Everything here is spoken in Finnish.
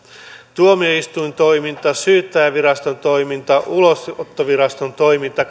tuomioistuintoiminta syyttäjänviraston toiminta ulosottoviraston toiminta